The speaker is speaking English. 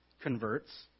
converts